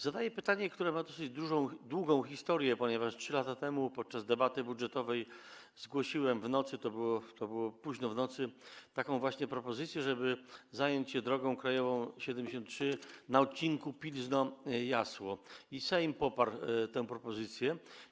Zadaję pytanie, które ma dosyć długą historię, ponieważ 3 lata temu podczas debaty budżetowej zgłosiłem w nocy - to było późno w nocy - właśnie taką propozycję, żeby zająć się drogą krajową nr 73 na odcinku Pilzno - Jasło i Sejm poparł tę propozycję.